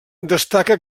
destaca